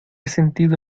sentido